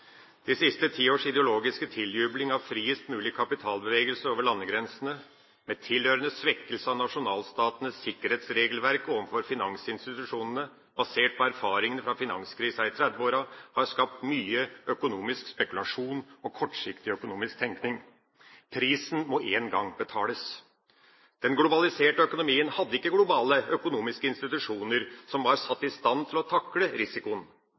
De siste ti års ideologiske tiljubling av friest mulige kapitalbevegelser over landegrensene, med tilhørende svekkelse av nasjonalstatenes sikkerhetsregelverk overfor finansinstitusjonene basert på erfaringene fra finanskrisa i 1930-åra, har skapt mye økonomisk spekulasjon og kortsiktig økonomisk tenkning. Prisen må en gang betales. Den globaliserte økonomien hadde ikke globale økonomiske institusjoner som var satt i stand til å takle risikoen.